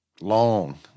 Long